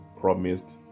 promised